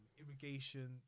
irrigation